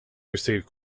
received